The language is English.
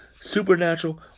Supernatural